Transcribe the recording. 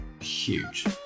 huge